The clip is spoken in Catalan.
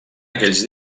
aquells